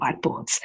whiteboards